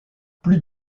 plus